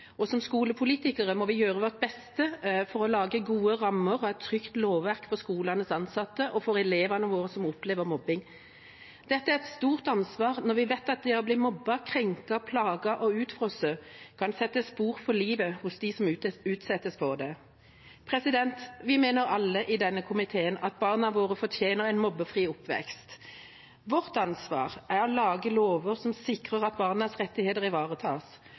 vi gjøre vårt beste for å lage gode rammer og et trygt lovverk for skolenes ansatte og for de av elevene våre som opplever mobbing. Dette er et stort ansvar når vi vet at det å bli mobbet, krenket, plaget og utfrosset kan sette spor for livet hos dem som utsettes for det. Alle i denne komiteen mener at barna våre fortjener en mobbefri oppvekst. Vårt ansvar er å lage lover som sikrer at barnas rettigheter ivaretas,